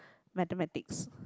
mathematics